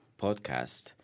podcast